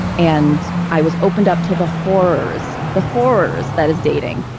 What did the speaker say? and i was opened up to the horrors, the horrors, that is dating.